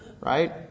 right